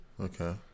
okay